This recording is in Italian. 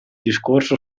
discorso